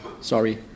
sorry